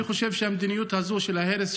אני חושב שהמדיניות הזאת של ההרס,